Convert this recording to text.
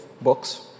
books